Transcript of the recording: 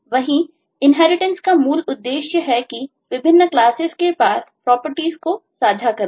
वही इन्हेरिटेंस का एक मूल उद्देश्य है कि विभिन्न क्लासेस के पार प्रॉपर्टीज को साझा करना